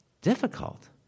difficult